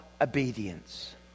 obedience